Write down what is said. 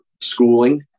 schooling